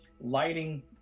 lighting